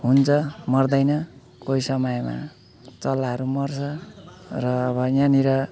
हुन्छ मर्दैन कोही समयमा चल्लाहरू मर्छ र अब यहाँनिर